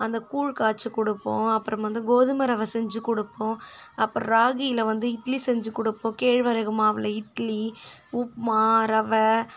அந்த கூழ் காய்ச்சி கொடுப்போம் அப்புறம் வந்து கோதுமை ரவை செஞ்சு கொடுப்போம் அப்புறம் ராகியில் வந்து இட்லி செஞ்சு கொடுப்போம் கேழ்வரகு மாவில் இட்லி உப்மா ரவை